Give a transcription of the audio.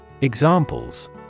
Examples